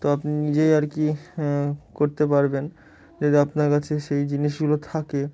তো আপনি নিজেই আর কি করতে পারবেন যদি আপনার কাছে সেই জিনিসগুলো থাকে